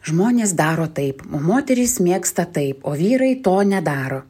žmonės daro taip o moterys mėgsta taip o vyrai to nedaro